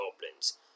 goblins